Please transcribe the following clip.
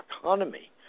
economy